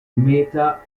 meta